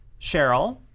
Cheryl